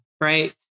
right